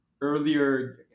earlier